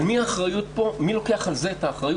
על מי האחריות פה, מי לוקח על זה את האחריות.